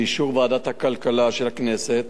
באישור ועדת הכלכלה של הכנסת,